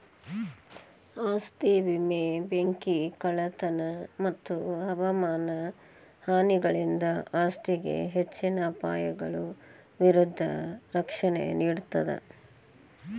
ಆಸ್ತಿ ವಿಮೆ ಬೆಂಕಿ ಕಳ್ಳತನ ಮತ್ತ ಹವಾಮಾನ ಹಾನಿಗಳಿಂದ ಆಸ್ತಿಗೆ ಹೆಚ್ಚಿನ ಅಪಾಯಗಳ ವಿರುದ್ಧ ರಕ್ಷಣೆ ನೇಡ್ತದ